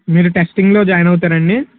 మీరు టెస్టింగ్లో జాయిన్ అవుతారా అండి